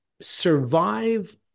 survive